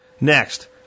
Next